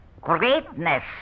greatness